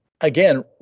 Again